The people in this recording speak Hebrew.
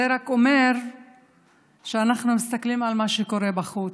זה רק אומר שאנחנו מסתכלים על מה שקורה בחוץ.